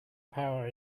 power